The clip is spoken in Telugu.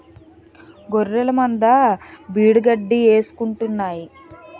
గొఱ్ఱెలమంద బీడుగడ్డి మేసుకుంటాన్నాయి